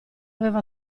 aveva